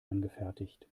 angefertigt